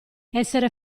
essere